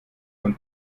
von